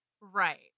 Right